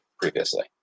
previously